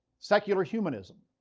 secular humanism,